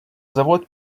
завод